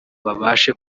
babashe